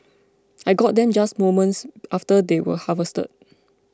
I got them just moments after they were harvested